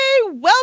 Welcome